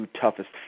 toughest